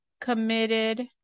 committed